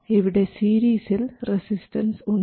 ഇവിടെ സീരീസിൽ റെസിസ്റ്റൻസ് ഉണ്ട്